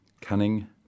cunning